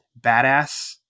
badass